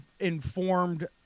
informed